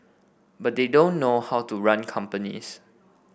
but they don't know how to run companies